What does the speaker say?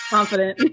Confident